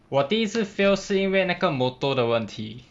第一次 fail 是因为那个 motor 的问题